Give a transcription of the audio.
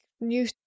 new